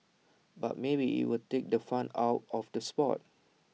but maybe IT will take the fun out of the Sport